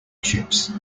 chips